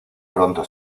pronto